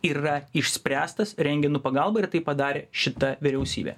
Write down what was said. yra išspręstas rentgenų pagalba ir tai padarė šita vyriausybė